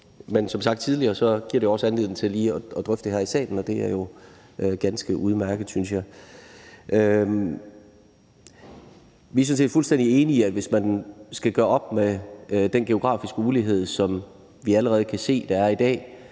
Men som sagt tidligere, giver det også anledning til lige at drøfte det her i salen, og det er jo ganske udmærket, synes jeg. Vi er sådan set fuldstændig enige i, at hvis man skal gøre op med den geografiske ulighed, som vi allerede kan se der er i dag,